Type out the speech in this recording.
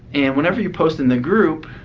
and whenever you post in the group,